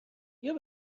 بیا